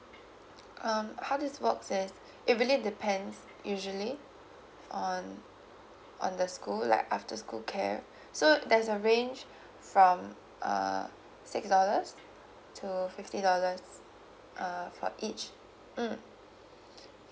um how this works is it really depends usually on on the school like after school care so there's a range from uh six dollars to fifty dollars uh for each mm